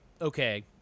okay